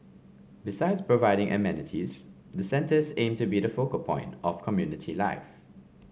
besides providing amenities the centres aim to be the focal point of community life